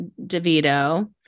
DeVito